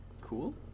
Cool